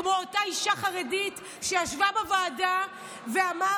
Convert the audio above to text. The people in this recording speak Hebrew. כמו אותה אישה חרדית שישבה בוועדה ואמרה